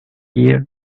year